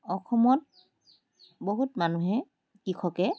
অসমত বহুত মানুহে কৃষকে